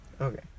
Okay